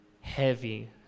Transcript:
heavy